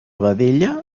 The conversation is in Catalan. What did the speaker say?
vedella